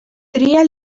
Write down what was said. tria